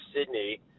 Sydney